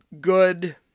good